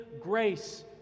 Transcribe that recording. grace